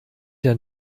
der